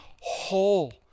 whole